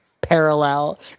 parallel